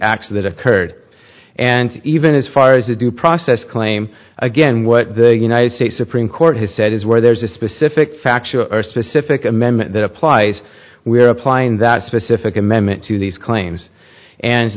acts that occurred and even as far as the due process claim again what the united states supreme court has said is where there's a specific factual specific amendment that applies we are applying that specific amendment to these claims and